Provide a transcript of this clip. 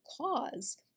cause